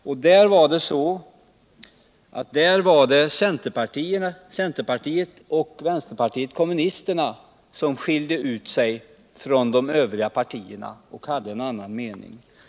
och där var det centerpartiet och vänsterpartiet kommunisterna som skilde ut sig från de övriga partierna och hade en annan mening.